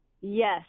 Yes